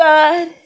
God